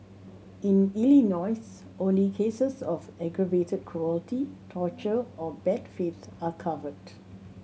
in Illinois only cases of aggravated cruelty torture or bad faith are covered